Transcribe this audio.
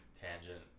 tangent